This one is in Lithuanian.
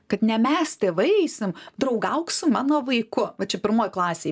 kad ne mes tėvai eisim draugauk su mano vaiku va čia pirmoj klasėj